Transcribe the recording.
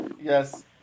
Yes